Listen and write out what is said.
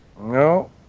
No